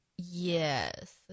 Yes